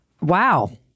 Wow